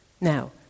Now